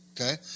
Okay